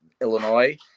Illinois